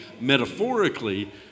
metaphorically